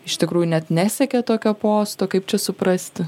iš tikrųjų net nesiekia tokio posto kaip čia suprasti